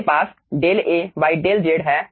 हमारे पास Dell A Dell Z हैं